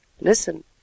Listen